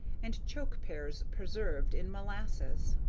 and choke-pears preserved in molasses.